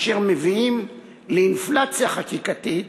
אשר מביאים לאינפלציה חקיקתית